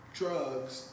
drugs